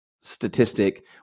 statistic